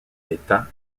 l’état